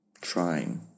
trying